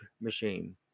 machine